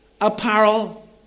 apparel